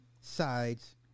sides